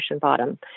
bottom